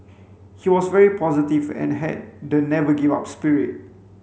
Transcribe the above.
he was very positive and had the never give up spirit